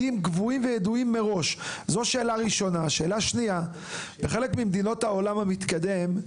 בחלק ממדינות העולם המתקדם,